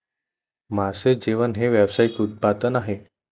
मासे जेवण हे व्यावसायिक उत्पादन आहे